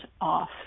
off